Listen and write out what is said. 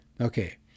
Okay